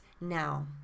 now